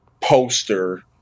poster